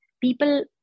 People